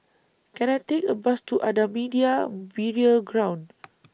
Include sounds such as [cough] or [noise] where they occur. Can I Take A Bus to Ahmadiyya Burial Ground [noise]